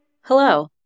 Hello